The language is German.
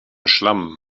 schlamm